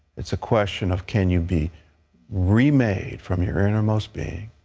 it's a question of can you be remade from your innermost being,